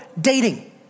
dating